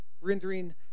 Rendering